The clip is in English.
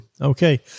Okay